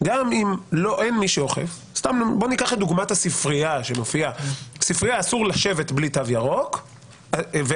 בוא ניקח לדוגמה את הספרייה בה אסור לשבת בלי תו ירוק ואסור